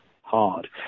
hard